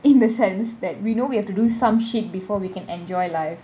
in the sense that we know we have to do some shit before we can enjoy life